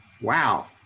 Wow